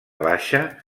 baixa